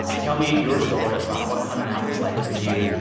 tell me your story about what coming out was like for you.